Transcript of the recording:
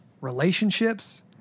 relationships